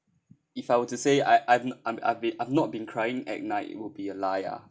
if I were to say I I'm I'm I've I've not been crying at night it will be a lie ah